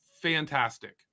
fantastic